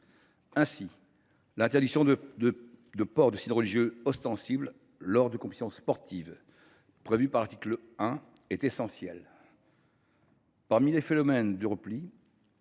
titre, l’interdiction du port de signes religieux ostensibles lors des compétitions sportives, édictée à l’article 1, est essentielle. Parmi les phénomènes de repli